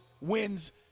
wins